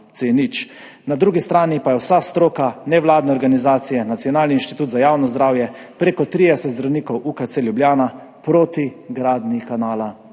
Na drugi strani pa je vsa stroka, nevladne organizacije, Nacionalni inštitut za javno zdravje, prek 30 zdravnikov UKC Ljubljana proti gradnji kanala